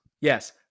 Yes